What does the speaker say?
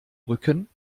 rücken